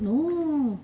no